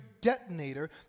detonator